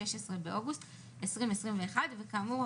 16 באוגוסט 2021. כאמור,